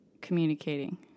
communicating